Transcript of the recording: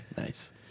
nice